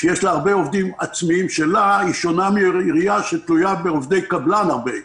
היא שונה מעירייה שתלויה בהרבה עובדי קבלן.